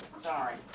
Sorry